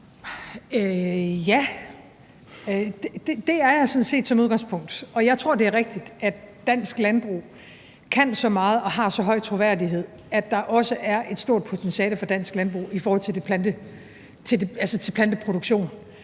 Ja, det er jeg sådan set som udgangspunkt, og jeg tror, det er rigtigt, at dansk landbrug kan så meget og har så høj troværdighed, at der også er et stort potentiale for dansk landbrug i forhold til planteproduktion.